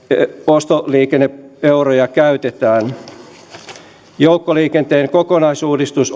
ostoliikenne euroja käytetään joukkoliikenteen kokonaisuudistus